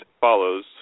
follows